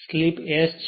slip S છે